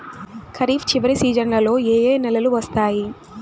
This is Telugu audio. ఖరీఫ్ చివరి సీజన్లలో ఏ ఏ నెలలు వస్తాయి